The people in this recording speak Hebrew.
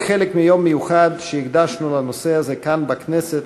כחלק מיום מיוחד שהקדשנו לנושא הזה כאן בכנסת,